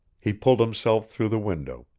he pulled himself through the window,